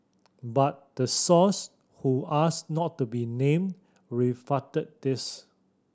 but the source who asked not to be named this